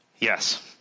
Yes